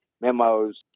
Memos